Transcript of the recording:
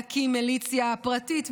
להקים מיליציה פרטית,